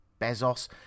Bezos